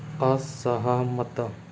ଅସହମତ